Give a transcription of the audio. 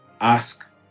ask